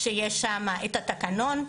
שיש שם את התקנון,